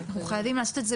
אנחנו חייבים לעשות את זה